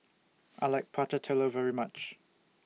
I like Prata Telur very much